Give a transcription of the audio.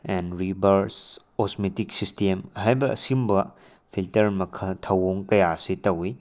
and reverse osmotic system ꯍꯥꯏꯕ ꯑꯁꯤꯒꯨꯝꯕ filter ꯃꯈꯜ ꯊꯧꯋꯣꯡ ꯀꯌꯥ ꯑꯁꯤ ꯇꯧꯏ